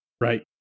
Right